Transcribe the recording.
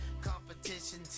competition